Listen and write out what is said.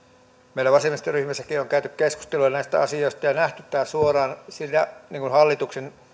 meillä vasemmistoryhmässäkin on käyty keskustelua näistä asioista ja nähty tämä suoraan sinä hallituksen